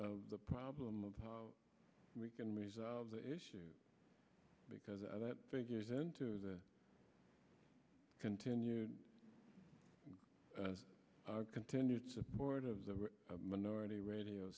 of the problem of how we can resolve issues because of that figures into the continued continued support of the minority radio